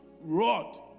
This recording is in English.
rod